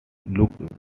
looked